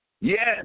Yes